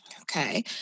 Okay